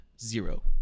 zero